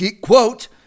quote